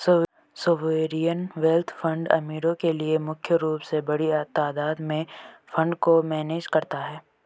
sovereign wealth fund अमीरो के लिए मुख्य रूप से बड़ी तादात में फंड को मैनेज करता है